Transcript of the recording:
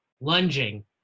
lunging